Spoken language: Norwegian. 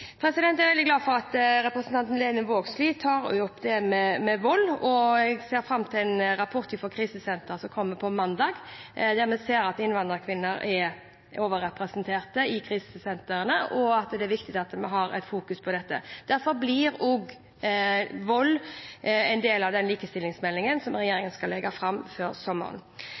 Jeg er veldig glad for at representanten Lene Vågslid tar opp dette med vold, og jeg ser fram til en rapport fra krisesenteret som kommer på mandag, der vi ser at innvandrerkvinner er overrepresentert i krisesentrene, og at det er viktig at vi har et fokus på dette. Derfor blir også vold en del av den likestillingsmeldingen som